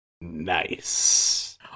Nice